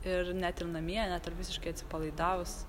ir net ir namie net ir visiškai atsipalaidavus